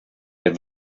der